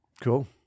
Cool